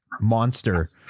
monster